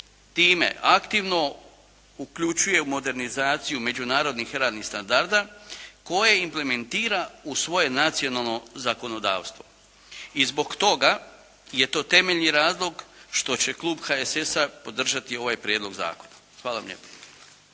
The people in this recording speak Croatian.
time aktivno uključuje u modernizaciju međunarodnih radnih standarda koje implementira u svoje nacionalno zakonodavstvo i zbog toga je to temeljni razlog što će klub HSS-a podržati ovaj prijedlog zakona. Hvala vam lijepa.